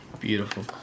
Beautiful